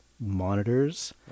monitors